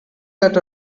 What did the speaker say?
that